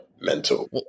mental